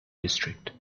district